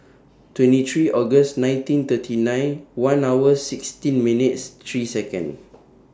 twenty three August nineteen thirty nine one hours sixteen minutes three Seconds